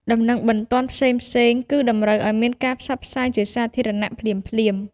ដំណឹងបន្ទាន់ផ្សេងៗ គឺតម្រូវឲ្យមានការផ្សព្វផ្សាយជាសាធារណៈភ្លាមៗ។